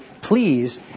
please